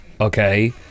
Okay